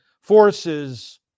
forces